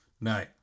No